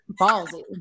ballsy